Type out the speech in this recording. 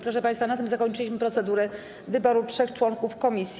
Proszę państwa, na tym zakończyliśmy procedurę wyboru trzech członków komisji.